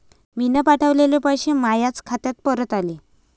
मीन पावठवलेले पैसे मायाच खात्यात परत आले